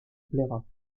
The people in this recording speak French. plaira